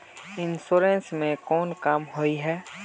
Insurance के कोन काम होय है?